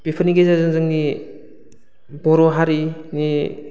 बेफोरनि गेजेरजों जोंनि बर' हारिनि